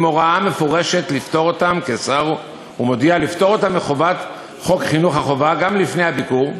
עם הוראה מפורשת לפטור אותם מחובת חינוך החובה" גם לפני הביקור,